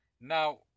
now